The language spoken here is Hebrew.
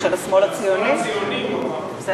של השמאל הציוני, הוא אמר.